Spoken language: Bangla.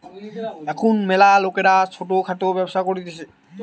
এখুন ম্যালা লোকরা ছোট খাটো ব্যবসা করতিছে